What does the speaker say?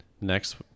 next